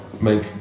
make